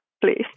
please